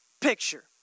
picture